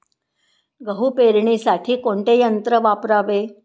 गहू पेरणीसाठी कोणते यंत्र वापरावे?